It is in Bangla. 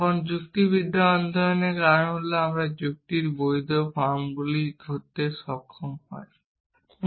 তখন যুক্তিবিদ্যা অধ্যয়নের কারণ হল আমরা যুক্তির বৈধ ফর্মগুলি ধরতে সক্ষম হই